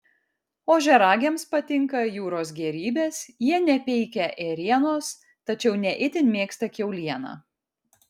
ožiaragiams patinka jūros gėrybės jie nepeikia ėrienos tačiau ne itin mėgsta kiaulieną